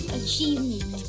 achievement